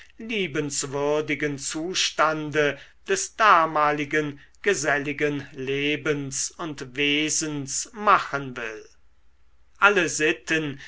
liebenswürdigen zustande des damaligen geselligen lebens und wesens machen will alle sitten